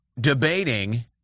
Debating